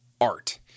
art